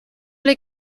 les